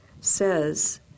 says